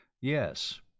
Yes